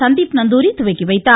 சந்தீப் நந்தூரி துவக்கி வைத்தார்